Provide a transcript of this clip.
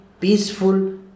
peaceful